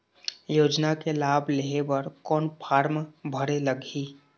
योजना के लाभ लेहे बर कोन फार्म भरे लगही?